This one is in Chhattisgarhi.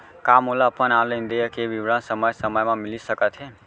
का मोला अपन ऑनलाइन देय के विवरण समय समय म मिलिस सकत हे?